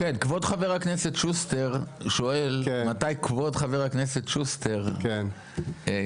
כבוד חבר הכנסת שוסטר שואל מתי כבוד חבר הכנסת שוסטר ידבר.